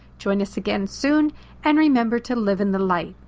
join us again soon and remember to live in the light.